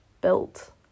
built